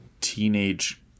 teenage